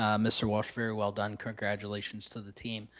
um mr. walsh, very well done. congratulations to the team.